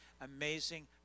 amazing